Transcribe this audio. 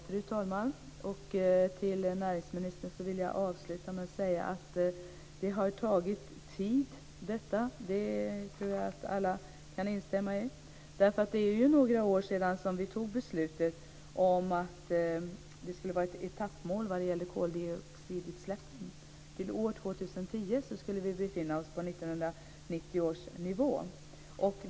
Fru talman! Till näringsministern vill jag avsluta med att säga att det har tagit tid. Det tror jag att alla kan instämma i. Det är ju några år sedan vi fattade beslut om att det skulle vara ett etappmål vad gäller koldioxidutsläppen. Till år 2010 skulle vi befinna oss på 1990 års nivå.